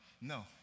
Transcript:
no